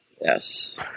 Yes